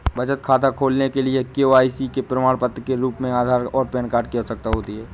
बचत खाता खोलने के लिए के.वाई.सी के प्रमाण के रूप में आधार और पैन कार्ड की आवश्यकता होती है